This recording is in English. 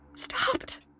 Stopped